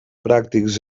pràctics